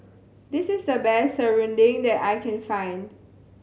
this is the best serunding that I can find